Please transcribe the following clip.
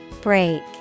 Break